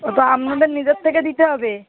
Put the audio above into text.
ও তো আপনাদের নিজের থেকে দিতে হবে